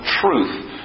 truth